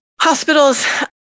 hospital's